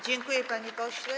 Dziękuję, panie pośle.